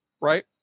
Right